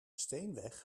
steenweg